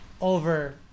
over